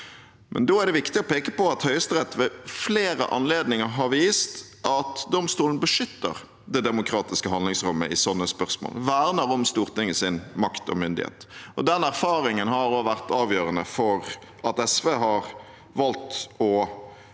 Da er det viktig å peke på at Høyesterett ved flere anledninger har vist at domstolen beskytter det demokratiske handlingsrommet i slike spørsmål, og verner om Stortingets makt og myndighet. Den erfaringen har vært avgjørende for at SV har valgt og